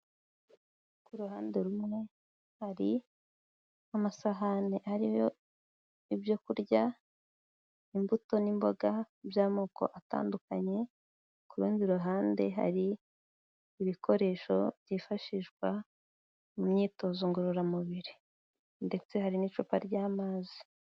Ku ruhande rumwe hari amasahani ariho ibyo kurya, imbuto n'imboga by'amoko atandukanye, ku rundi ruhande hari ibikoresho byifashishwa mu myitozo ngororamubiri ndetse hari n'icupa ry'amazi.